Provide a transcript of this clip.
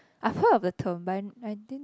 I've heard of the term but I didn't